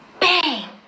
bang